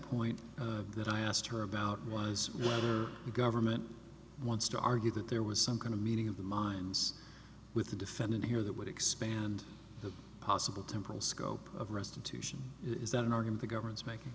point that i asked her about was whether the government wants to argue that there was some kind of meeting of the minds with the defendant here that would expand the possible temporal scope of restitution is that an organ the government's making